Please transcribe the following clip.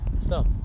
Stop